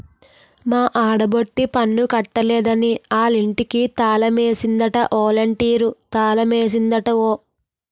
మా ఆడబొట్టి పన్ను కట్టలేదని ఆలింటికి తాలమేసిందట ఒలంటీరు తాలమేసిందట ఓ